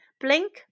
Blink